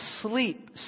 sleep